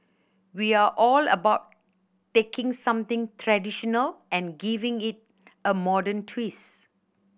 we are all about taking something traditional and giving it a modern twist